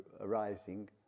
arising